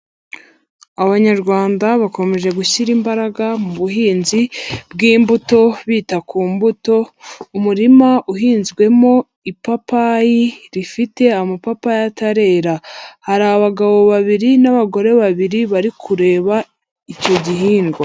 Abanyarwanda bakomeje gushyira imbaraga mu buhinzi bw'imbuto bita ku mbuto, umurima uhinzwemo ipapayi rifite amapapayi atarera, hari abagabo babiri n'abagore babiri bari kureba icyo gihingwa.